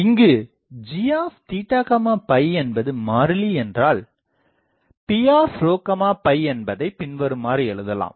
இங்கு gஎன்பது மாறிலி என்றால் Pஎன்பதை பின்வருமாறு எழுதலாம்